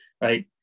Right